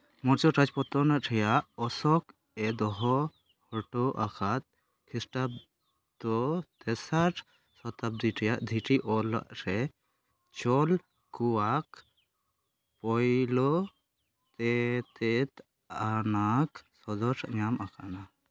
ᱢᱳᱨᱡᱚ ᱨᱟᱡᱽ ᱯᱚᱛᱚᱱ ᱨᱮᱭᱟᱜ ᱚᱥᱳᱠ ᱮ ᱫᱚᱦᱚ ᱦᱚᱴᱚ ᱟᱠᱟᱫ ᱠᱷᱤᱥᱴᱟᱵᱽᱫᱚ ᱛᱮᱥᱟᱨ ᱥᱚᱛᱟᱵᱽᱫᱤ ᱨᱮᱭᱟᱜ ᱫᱷᱤᱨᱤ ᱚᱞ ᱨᱮ ᱪᱚᱞ ᱠᱚᱣᱟᱜ ᱯᱳᱭᱞᱳ ᱛᱮᱛᱮᱫ ᱟᱱᱟᱜᱽ ᱥᱚᱫᱚᱨ ᱧᱟᱢ ᱟᱠᱟᱱᱟ